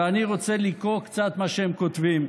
ואני רוצה לקרוא קצת מה שהם כותבים.